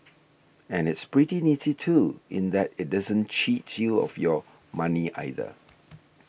and it's pretty nifty too in that it doesn't cheat you of your money either